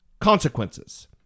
consequences